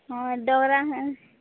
ହଁ ଡଙ୍ଗରା ହେଁ